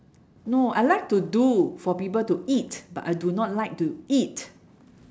no I like to do for people to eat but I do not like to eat